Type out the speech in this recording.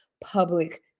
public